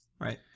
Right